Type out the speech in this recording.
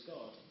God